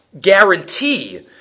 guarantee